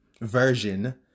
version